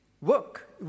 work